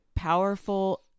powerful